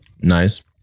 Nice